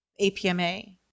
APMA